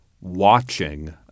watching